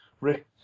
Rick